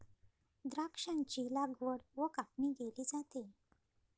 द्राक्षांची लागवड व कापणी केली जाते